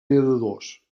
nedadors